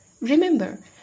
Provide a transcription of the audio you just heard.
Remember